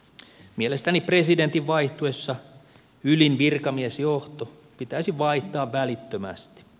mielestäni presidentin vaihtuessa ylin virkamiesjohto pitäisi vaihtaa välittömästi